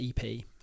ep